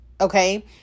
okay